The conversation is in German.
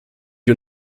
wir